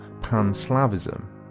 pan-Slavism